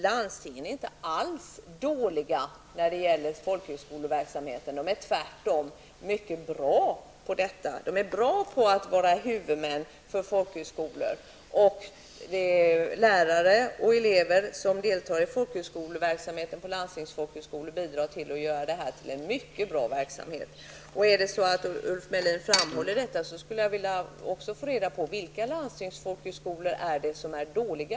Landstingen är inte alls dåliga på att sköta folkhögskoleverksamheten, utan de är tvärtom mycket bra på att vara huvudmän för folkhögskolor. De lärare och elever som deltar i verksamheten på landstingsfolkhögskolorna bidrar till att göra detta till en mycket bra verksamhet. Om Ulf Melin framhärdar på den här punkten skulle jag vilja få veta vilka landstingsfolkhögskolor det är som är dåliga.